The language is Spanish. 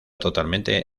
totalmente